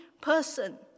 person